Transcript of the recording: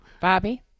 Bobby